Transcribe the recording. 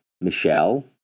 Michelle